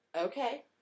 okay